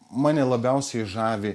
mane labiausiai žavi